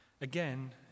Again